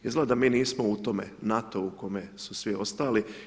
Izgleda da mi nismo u tome NATO-u u kome su svi ostali.